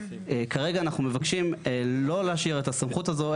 כרגע אנחנו מבקשים לא להשאיר את הסמכות הזו,